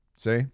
See